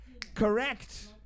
Correct